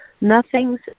Nothing's